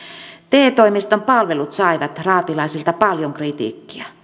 te toimiston palvelut saivat raatilaisilta paljon kritiikkiä